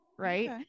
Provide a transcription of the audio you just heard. right